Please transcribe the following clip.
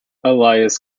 elias